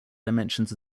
dimensions